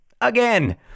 again